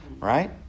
right